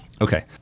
Okay